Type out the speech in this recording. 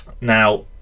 Now